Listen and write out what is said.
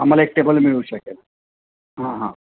आम्हाला एक टेबल मिळू शकेल हां हां